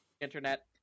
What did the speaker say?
internet